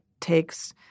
takes